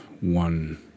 one